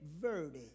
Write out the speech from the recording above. verdict